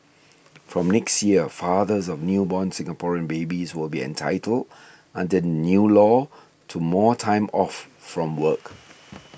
from next year fathers of newborn Singaporean babies will be entitled under the new law to more time off from work